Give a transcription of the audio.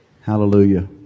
Hallelujah